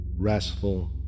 restful